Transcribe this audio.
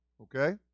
Okay